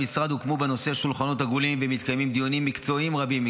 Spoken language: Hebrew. במשרד הוקמו בנושא שולחנות עגולים ומתקיימים דיונים מקצועיים רבים עם